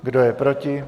Kdo je proti?